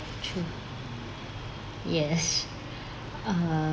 true yes err